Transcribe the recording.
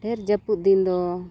ᱰᱷᱮᱹᱨ ᱡᱟᱹᱯᱩᱫ ᱫᱤᱱ ᱫᱚ